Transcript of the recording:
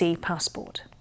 passport